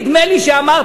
נדמה לי שאמרת,